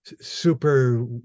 super